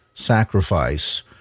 Sacrifice